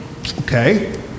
Okay